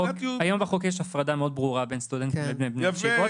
היום בחוק יש הפרדה מאוד ברורה בין סטודנטים לבין בני ישיבות,